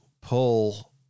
pull